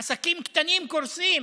עסקים קטנים קורסים,